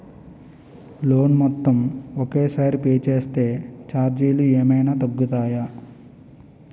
Loan మొత్తం ఒకే సారి పే చేస్తే ఛార్జీలు ఏమైనా తగ్గుతాయా?